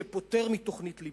שפוטר מתוכנית ליבה.